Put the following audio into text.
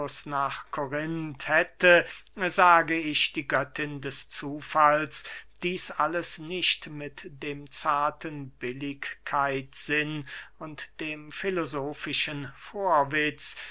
nach korinth hätte sage ich die göttin des zufalls dieß alles nicht mit dem zarten billigkeitssinn und dem filosofischen vorwitz